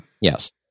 Yes